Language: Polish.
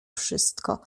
wszystko